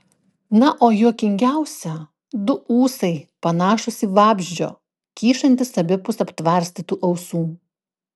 na o juokingiausia du ūsai panašūs į vabzdžio kyšantys abipus aptvarstytų ausų